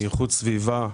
מאיכות סביבה,